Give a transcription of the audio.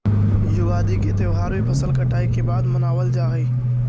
युगादि के त्यौहार भी फसल कटाई के बाद मनावल जा हइ